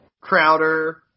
Crowder